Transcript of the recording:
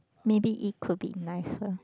maybe it could be nicer